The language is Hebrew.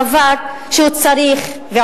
דבר שצריך אותו,